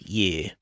year